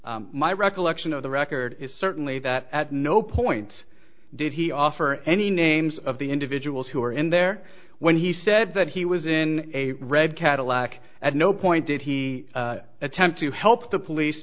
cadillac my recollection of the record is certainly that at no point did he offer any names of the individuals who were in there when he said that he was in a red cadillac at no point did he attempt to help the police